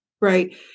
Right